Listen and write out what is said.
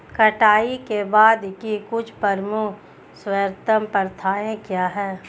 कटाई के बाद की कुछ प्रमुख सर्वोत्तम प्रथाएं क्या हैं?